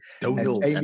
Donald